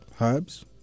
herbs